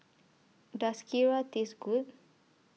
Does Kheera Taste Good